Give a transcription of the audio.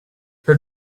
her